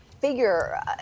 figure